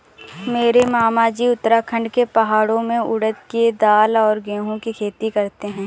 मेरे मामाजी उत्तराखंड के पहाड़ों में उड़द के दाल और गेहूं की खेती करते हैं